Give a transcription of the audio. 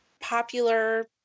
popular